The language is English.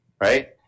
Right